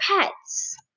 pets